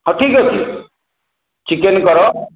ହଉ ଠିକ୍ ଅଛି ଚିକେନ୍ କର